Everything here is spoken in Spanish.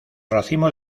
racimos